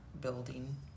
building